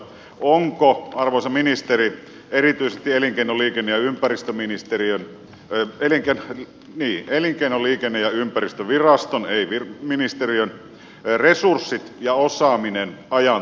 ovatko arvoisa ministeri erityisesti elinkeino liikenne ja ympäristöministeriöt pää edellä ja elinkeino liikenne ja ympäristöviraston resurssit ja osaaminen ajan tasalla